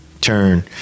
turn